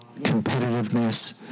competitiveness